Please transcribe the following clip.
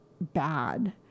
bad